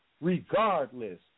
regardless